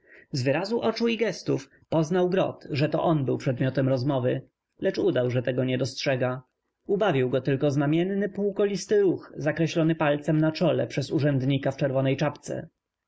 z w yrazu oczu i gestów poznał g rot że on był przedm iotem rozm owy lecz udał że tego nie dostrzega u baw ił go tylko znam ienny półkolisty ruch zakreślony palcem na czole przez urzędnika w czerw onej czapce